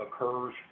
occurs